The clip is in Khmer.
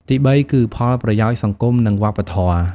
ទីបី គឺផលប្រយោជន៍សង្គមនិងវប្បធម៌។